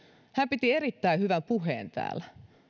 piti erittäin hyvän puheen täällä